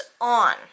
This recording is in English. on